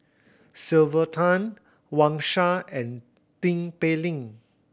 Sylvia Tan Wang Sha and Tin Pei Ling